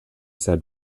said